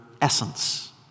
essence